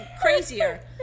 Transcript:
crazier